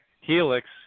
Helix